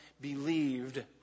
believed